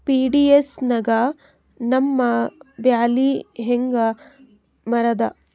PDS ನಾಗ ನಮ್ಮ ಬ್ಯಾಳಿ ಹೆಂಗ ಮಾರದ?